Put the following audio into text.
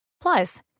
Plus